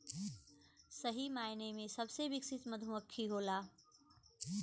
सही मायने में सबसे विकसित मधुमक्खी होला